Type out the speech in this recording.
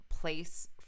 place